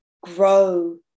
grow